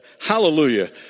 Hallelujah